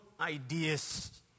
ideas